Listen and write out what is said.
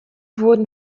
wurden